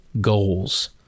goals